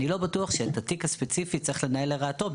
אני לא בטוח שאת התיק הספציפי צריך לנהל לרעתו,